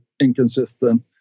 inconsistent